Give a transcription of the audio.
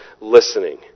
listening